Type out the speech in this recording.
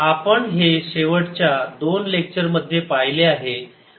आपण हे शेवटच्या दोन लेक्चरमध्ये पाहिले आहे